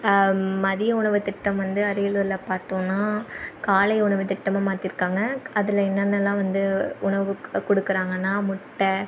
மதிய உணவு திட்டம் வந்து அரியலூரில் பார்த்தோன்னா காலை உணவு திட்டமாக மாற்றிருக்காங்க அதில் என்னென்னலாம் வந்து உணவு கொடுக்குறாங்கன்னா முட்டை